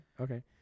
okay